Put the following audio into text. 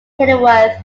kenilworth